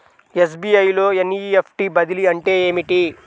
SBI లో NEFT బదిలీ అంటే ఏమిటి?